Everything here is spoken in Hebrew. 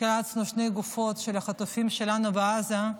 חילצנו שתי גופות של החטופים שלנו בעזה.